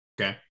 Okay